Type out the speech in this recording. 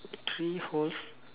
three holes